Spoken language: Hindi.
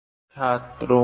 नमस्ते छात्रों